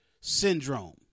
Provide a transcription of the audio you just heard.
Syndrome